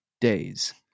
days